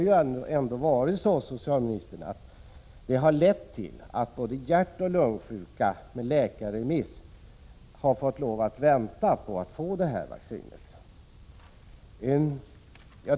Ja, både hjärtoch lungsjuka med läkarremiss har varit tvungna att vänta på att få detta vaccin.